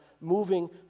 moving